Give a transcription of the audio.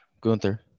Gunther